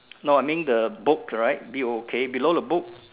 no I mean the book correct B O O K below the book